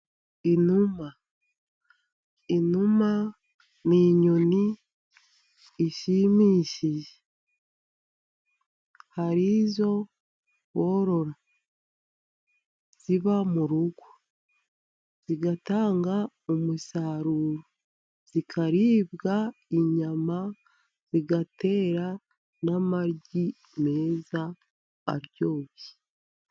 Inuma, inuma ni inyoni ishimishije. Hari izo worora ziba mu rugo zigatanga umusaruro, zikaribwa inyama, zigatera n'amagi meza aryoshye.